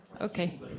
okay